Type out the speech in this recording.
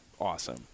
awesome